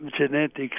genetics